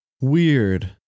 weird